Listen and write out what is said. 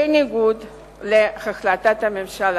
בניגוד להחלטת הממשלה.